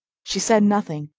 she said nothing,